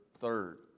third